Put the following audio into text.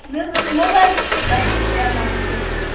مےٚ حظ اوس موبایِل تۄہہِ نِش شیرناونہٕ خٲطرٕ